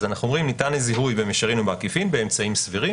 אז אנחנו אומרים "ניתן לזיהוי במישרין או בעקיפין באמצעים סבירים",